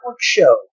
show